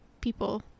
people